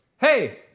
Hey